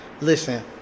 Listen